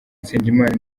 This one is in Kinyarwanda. nsengimana